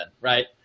right